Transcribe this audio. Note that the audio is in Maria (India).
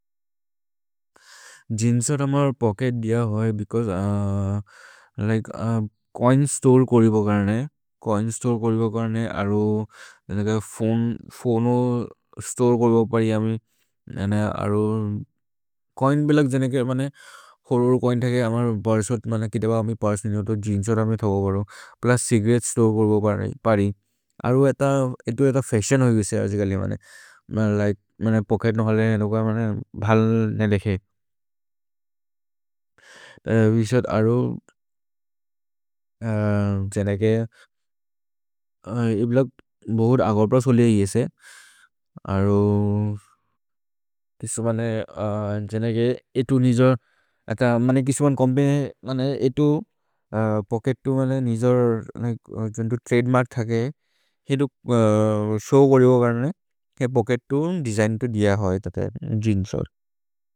जिन्सोत् अमर् पोच्केत् दिय होइ बेचौसे लिके चोइन् स्तोरे करिब करने, चोइन् स्तोरे करिब करने, अरो फोने स्तोरे करिब परि अमे, अरो चोइन् ब्लोच्क् जनेके मने होरोर् चोइन् थेके अमर् पुर्से होते मने कितब अमि पुर्से निनो तो जिन्सोत् अमे थग बरो, प्लुस् चिगरेत्ते स्तोरे करिब परि। अरो एतो एतो फशिओन् होइ बिसे अर्जिकलि मने, लिके पोच्केत् नहो हले भल् नहि देखे। भिशद् अरो जनेके ए ब्लोच्क् बहोर् अगर्प्रस् होलि है येसे, अरो किसो मने जनेके एतो निजोर्। किसो मने कोम्बिने एतो पोच्केत् निजोर् त्रदेमर्क् थके हितु शोव् करिब करने, पोच्केत् देसिग्न् दिय होइ तते जिन्सोत्।